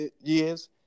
years